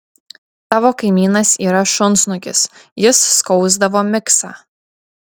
tavo kaimynas yra šunsnukis jis skausdavo miksą